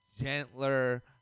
gentler